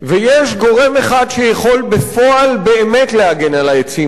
יש גורם אחד שיכול בפועל באמת להגן על העצים האלה,